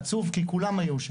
עצוב כי כולם היו שם.